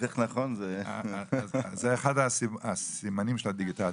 אחד הסימנים של הדיגיטציה.